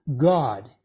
God